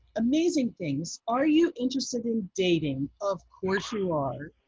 amazing things. are you interested in dating? of course, you are.